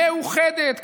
מאוחדת,